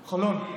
חולון.